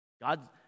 God